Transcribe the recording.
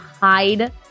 hide